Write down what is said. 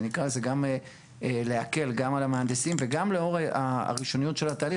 נקרא לזה גם להקל גם על המהנדסים וגם לאור הראשוניות של ההליך,